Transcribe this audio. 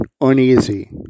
uneasy